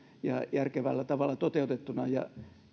ja järkevällä tavalla toteutettuna